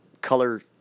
color